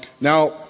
now